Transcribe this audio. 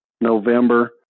November